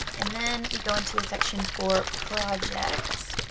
and then we go into a section for projects.